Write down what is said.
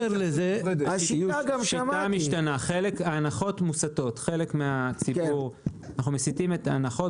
השיטה משתנה בצורה כזאת שאנחנו מסיטים את ההנחות,